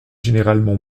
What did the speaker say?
généralement